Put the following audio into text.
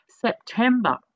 September